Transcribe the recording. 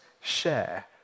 share